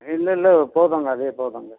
இல்லை இல்லை போதுங்க அதே போதுங்க